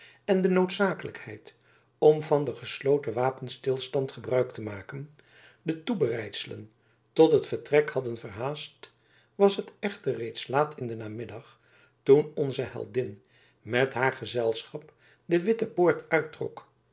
en de noodzakelijkheid om van den gesloten wapenstilstand gebruik te maken de toebereidselen tot het vertrek hadden verhaast was het echter reeds laat in den namiddag toen onze heldin met haar gezelschap de witte poort uittrok